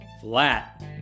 flat